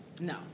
No